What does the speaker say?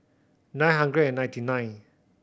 nine hundred and ninety nine